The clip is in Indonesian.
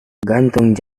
gantung